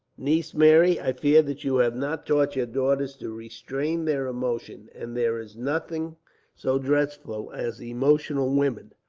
niece mary, i fear that you have not taught your daughters to restrain their emotions, and there is nothing so dreadful as emotional women.